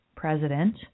president